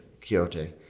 Quixote